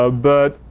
ah but,